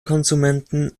konsumenten